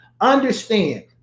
Understand